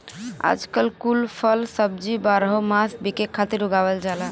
आजकल कुल फल सब्जी बारहो मास बिके खातिर उगावल जाला